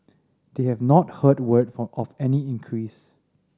they have not heard word from of any increase